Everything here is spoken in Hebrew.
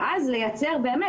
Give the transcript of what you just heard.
ואז לייצר באמת,